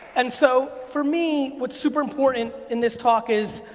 and so for me what's super important in this talk is,